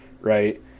Right